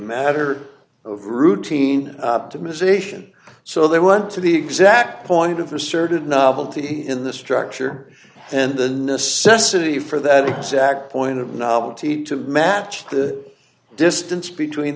matter of routine to musicians so they went to the exact point of the certain novelty in the structure and the necessity for that exact point of novelty to match the distance between